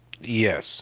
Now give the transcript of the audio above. Yes